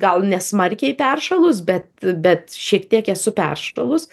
gal nesmarkiai peršalus bet bet šiek tiek esu peršalus